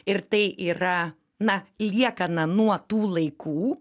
ir tai yra na liekana nuo tų laikų